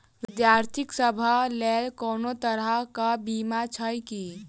विद्यार्थी सभक लेल कोनो तरह कऽ बीमा छई की?